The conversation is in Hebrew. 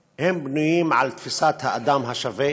בנויים על תפיסת האדם השווה,